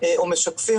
ח"כ סעיד אלחרומי בבקשה.